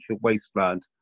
wasteland